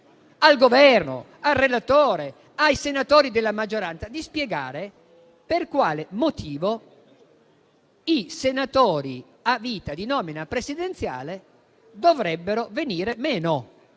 al Governo, al relatore e ai senatori della maggioranza di spiegare per quale motivo i senatori a vita di nomina presidenziale dovrebbero venir meno.